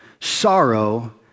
sorrow